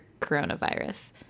coronavirus